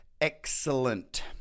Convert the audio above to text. Excellent